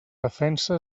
defensa